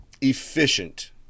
efficient